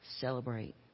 celebrate